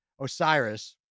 Osiris